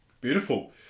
Beautiful